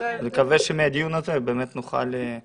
נקווה שמהדיון הזה באמת נוכל לעשות משהו.